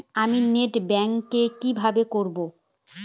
আমি net banking কিভাবে করব?